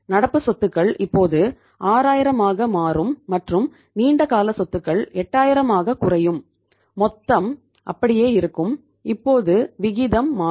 நடப்பு சொத்துக்கள் இப்போது 6000 ஆக மாறும் மற்றும் நீண்ட கால சொத்துக்கள் 8000 ஆகக் குறையும் மொத்தம் அப்படியே இருக்கும் இப்போது விகிதம் மாறும்